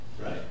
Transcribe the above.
right